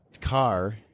car